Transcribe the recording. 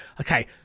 okay